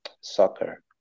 Soccer